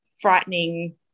frightening